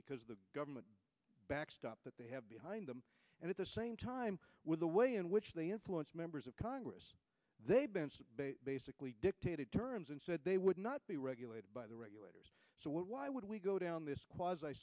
because the government backstop that they have behind them and at the same time the way in which they influence members of congress they've basically dictated terms and said they would not be regulated by the regulators so why would we go down this